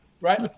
Right